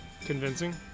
Convincing